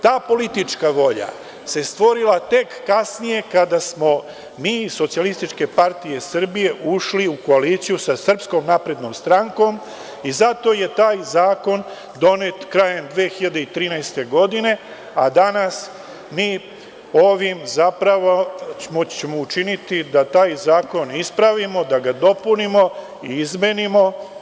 Ta politička volja se stvorila tek kasnije, kada smo mi iz SPS ušli u koaliciju sa SNS i zato je taj zakon donet krajem 2013. godine, a danas mi ovim zapravo moći ćemo učiniti da taj zakon ispravimo, da ga dopunimo i izmenimo.